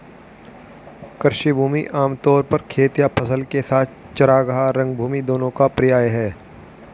कृषि भूमि आम तौर पर खेत या फसल के साथ चरागाह, रंगभूमि दोनों का पर्याय है